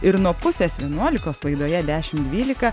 ir nuo pusės vienuolikos laidoje dešimt dvylika